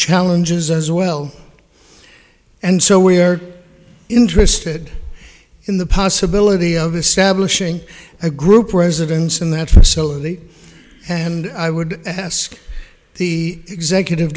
challenges as well and so we are interested in the possibility of establishing a group residence in that facility and i would ask the executive